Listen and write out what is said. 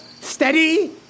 steady